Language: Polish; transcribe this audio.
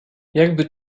jakby